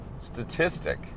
statistic